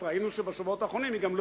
ראינו שבשבועות האחרונים היא גם לא